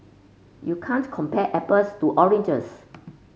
you can't compare apples to oranges